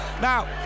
Now